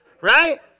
Right